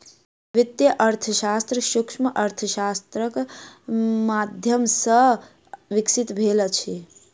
वित्तीय अर्थशास्त्र सूक्ष्म अर्थशास्त्रक माध्यम सॅ विकसित भेल अछि